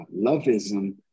loveism